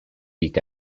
week